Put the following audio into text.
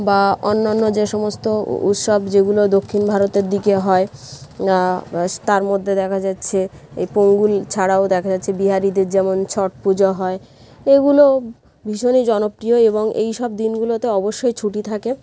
বা অন্যান্য যে সমস্ত উৎসব যেগুলো দক্ষিণ ভারতের দিকে হয় বা তার মধ্যে দেখা যাচ্ছে এই পোঙ্গল ছাড়াও দেখা যাচ্ছে বিহারিদের যেমন ছট পুজো হয় এগুলো ভীষণই জনপ্রিয় এবং এইসব দিনগুলোতে অবশ্যই ছুটি থাকে